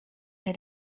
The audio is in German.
mir